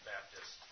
Baptist